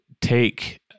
take